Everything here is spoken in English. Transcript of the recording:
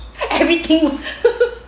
everything